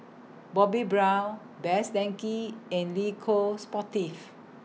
Bobbi Brown Best Denki and Le Coq Sportif